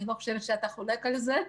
אני לא חושבת שאתה חולק על זה.